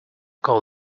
call